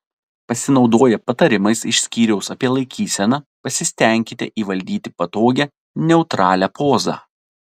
pasinaudoję patarimais iš skyriaus apie laikyseną pasistenkite įvaldyti patogią neutralią pozą